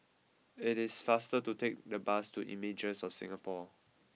it is faster to take the bus to Images of Singapore